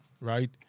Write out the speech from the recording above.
right